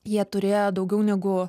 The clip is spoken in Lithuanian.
jie turėjo daugiau negu